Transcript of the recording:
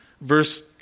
verse